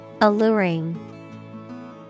Alluring